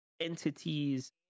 entities